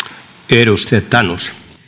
arvoisa herra